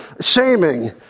shaming